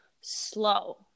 slow